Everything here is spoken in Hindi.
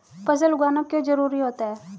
फसल उगाना क्यों जरूरी होता है?